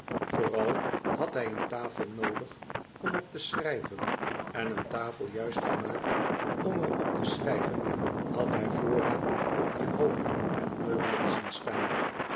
vooral had hij een tafel noodig om op te schrijven en een tafel juist gemaakt om er op te schrijven had hij vooraan op dien hoop met meubelen zien staan